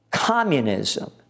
communism